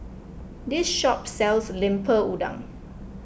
this shop sells Lemper Udang